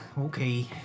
okay